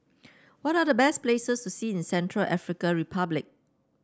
what are the best places to see in Central African Republic